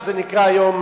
שזה נקרא היום